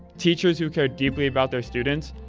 teachers who care deeply about their students,